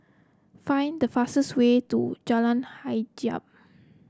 find the fastest way to Jalan Hajijah